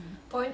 mmhmm